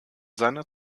seiner